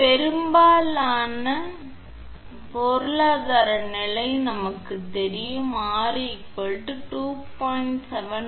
பெரும்பாலான பொருளாதார நிலைக்கு நமக்குத் தெரியும் 𝑅 2